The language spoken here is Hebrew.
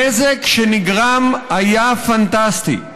הנזק שנגרם היה פנטסטי: